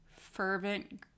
fervent